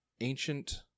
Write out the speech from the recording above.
ancient